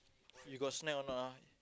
you got snack or not ah